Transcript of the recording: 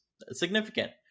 significant